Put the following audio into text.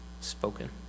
spoken